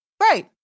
Right